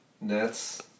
Nets